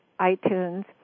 iTunes